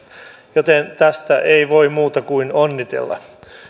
joten tästä ei voi muuta kuin onnitella